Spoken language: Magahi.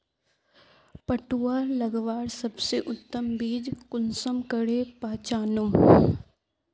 पटुआ लगवार सबसे उत्तम बीज कुंसम करे पहचानूम?